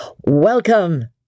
Welcome